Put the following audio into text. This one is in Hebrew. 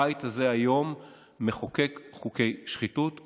הבית הזה מחוקק היום חוקי שחיתות,